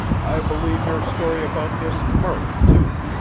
i believe your story about this murk, too.